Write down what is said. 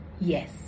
Yes